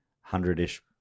hundred-ish